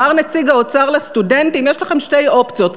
אמר נציג האוצר לסטודנטים: יש לכם שתי אופציות,